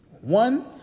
One